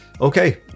Okay